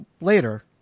later